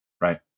right